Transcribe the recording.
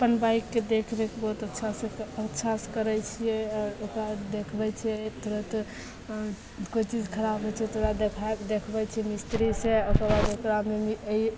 अपन बाइकके देखरेख बहुत अच्छासे अच्छासे करै छिए आओर ओकरा देखबै छिए तुरन्त कोइ चीज खराब होइ छै तऽ ओकरा देखा देखबै छिए मिस्त्रीसे ओकरा बाद ओकरामे ई